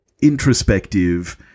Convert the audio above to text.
introspective